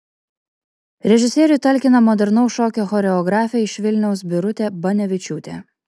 režisieriui talkina modernaus šokio choreografė iš vilniaus birutė banevičiūtė